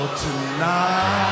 tonight